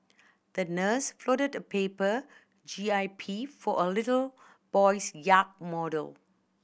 the nurse folded a paper J I P for a little boy's yacht model